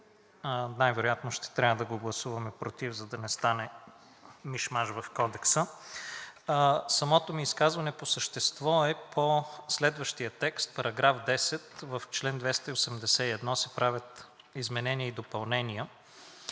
най-вероятно ще трябва да го гласуваме против за да не стане миш-маш в Кодекса. Самото ми изказване по същество е по следващия текст –§ 10: „В чл. 281 се правят изменения и допълнение“,